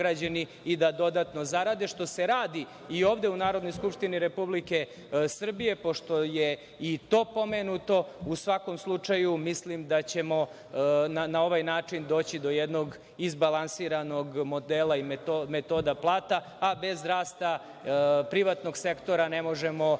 i da dodatno zarade, što se radi i ovde u Narodnoj skupštini Republike Srbije, pošto je i to pomenuto.U svakom slučaju, mislim da ćemo na ovaj način doći do jednog izbalansiranog modela i metoda plata, a bez rasta privatnog sektora ne možemo očekivati